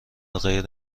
غیر